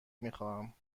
میخواهم